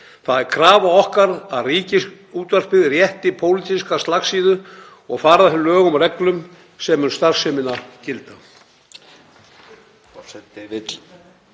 Það er krafa okkar að Ríkisútvarpið rétti pólitíska slagsíðu og fari að þeim lögum og reglum sem um starfsemina gilda.